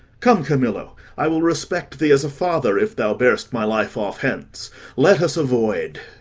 come, camillo i will respect thee as a father, if thou bear'st my life off hence let us avoid.